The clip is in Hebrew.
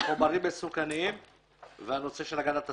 חומרים מסוכנים והנושא של הגנת הסביבה.